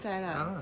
ya lah